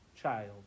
child